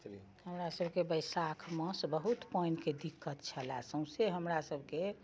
हमरा सबके बैसाख मास बहुत पानिके दिक्कत छलै सौंसे हमरा सबके कतौ